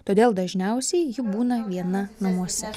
todėl dažniausiai ji būna viena namuose